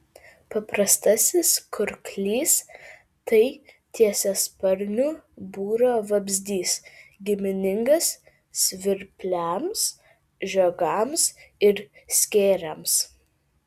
paprastasis kurklys tai tiesiasparnių būrio vabzdys giminingas svirpliams žiogams ir skėriams